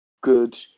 good